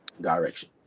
direction